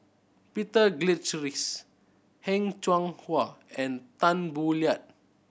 Peter Heng Cheng Hwa and Tan Boo Liat